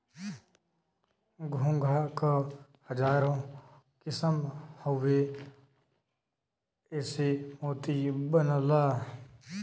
घोंघा क हजारो किसम हउवे एसे मोती बनला